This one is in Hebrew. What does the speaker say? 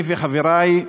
אני וחברי,